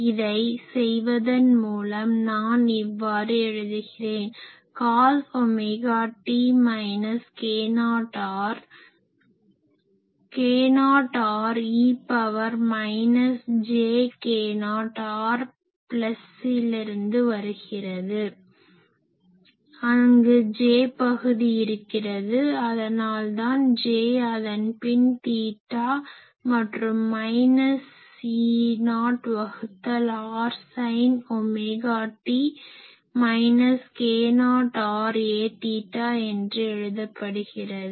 இதை செய்வதன் மூலம் நான் இவ்வாறு எழுதுகிறேன் cos omega t minus k0 r k0r e power minus jk0r ப்ளஸிலிருந்து வருகிறது அங்கு j பகுதி இருக்கிறது அதனால் தான் j அதன் பின் தீட்டா மற்றும் மைனஸ் E0 வகுத்தல் r sine omega t minus k0 r aθ என்று எழுதப்படுகிறது